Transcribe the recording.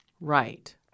Right